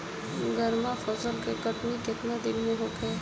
गर्मा फसल के कटनी केतना दिन में होखे?